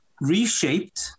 reshaped